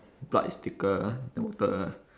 blood is thicker than water